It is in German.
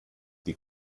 die